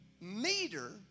meter